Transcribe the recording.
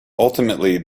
ultimately